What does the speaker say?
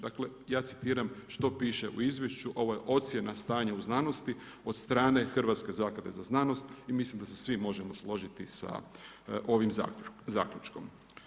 Dakle ja citiram što piše u izvješću, ovo je ocjena stanja u znanosti od strane Hrvatske zaklade za znanost i mislim da se svi možemo složiti sa ovim zaključkom.